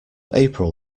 april